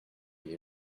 les